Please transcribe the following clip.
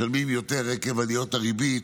משלמים יותר עקב עליות הריבית.